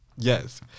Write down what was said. Yes